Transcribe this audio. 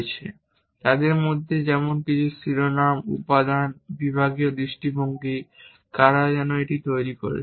এবং তাদের মধ্যে কিছু যেমন শিরোনাম উপাদান বিভাগীয় দৃষ্টিভঙ্গি কারা এটি তৈরি করেছে